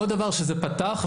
עוד דבר שזה פתח,